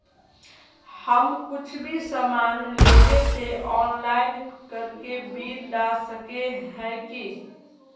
हम कुछ भी सामान लेबे ते ऑनलाइन करके बिल ला सके है की?